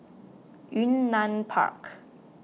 Yunnan Park